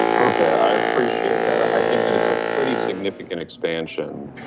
okay, i appreciate that. i think that it's a pretty significant expansion.